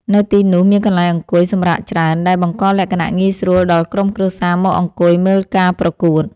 នៅទីនោះមានកន្លែងអង្គុយសម្រាកច្រើន ដែលបង្កលក្ខណៈងាយស្រួលដល់ក្រុមគ្រួសារមកអង្គុយមើលការប្រកួត។